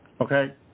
okay